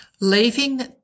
Leaving